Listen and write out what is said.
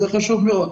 זה חשוב מאוד.